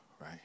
right